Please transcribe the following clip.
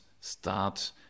start